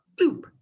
boop